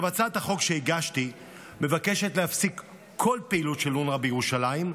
הצעת החוק שהגשתי מבקשת להפסיק כל פעילות של אונר"א בירושלים.